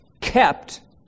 kept